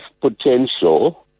potential